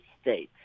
states